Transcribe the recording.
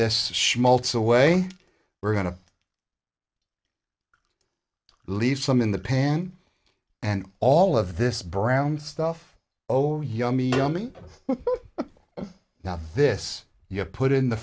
this schmaltz away we're going to leave some in the pan and all of this brown stuff oh yummy yummy not this you have put in the